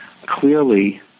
Clearly